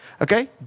okay